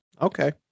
Okay